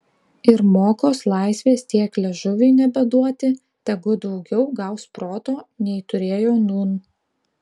ir mokos laisvės tiek liežuviui nebeduoti tegu daugiau gaus proto nei turėjo nūn